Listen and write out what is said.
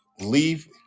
leave